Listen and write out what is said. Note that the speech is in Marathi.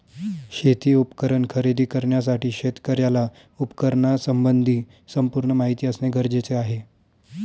शेती उपकरण खरेदी करण्यासाठी शेतकऱ्याला उपकरणासंबंधी संपूर्ण माहिती असणे गरजेचे आहे